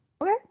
Okay